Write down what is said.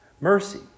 mercy